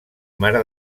mare